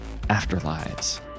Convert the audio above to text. afterlives